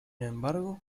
embargo